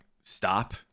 stop